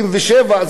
בבניין.